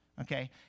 okay